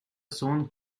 sohn